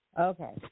okay